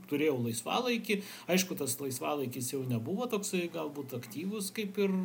turėjau laisvalaikį aišku tas laisvalaikis jau nebuvo toksai galbūt aktyvus kaip ir